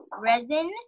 resin